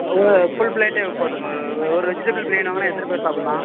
ஓ full பிளேட்டே போட்டிருங்க ஒரு வெஜிடபுள் பிரியாணி வாங்கினா எத்தனை பேர் சாப்பிட்லாம்